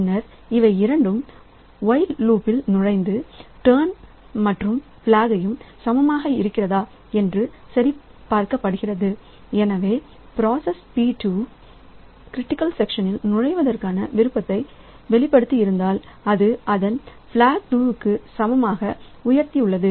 பின்னர் இவை இரண்டும் ஓயில் லூப் இல் நுழைந்த டர்ன் மற்றும் பிளாக் jயும் சமமாக இருக்கிறதா என்று சரி பார்க்கப்படுகிறது எனவே பிராசஸ் 2 க்ரிட்டிக்கல் செக்ஷனில் நுழைவதற்கான விருப்பத்தையும் வெளிப்படுத்தியிருந்தால் அது அதன் பிளாக் 2 க்கு சமமாக உயர்த்தியுள்ளது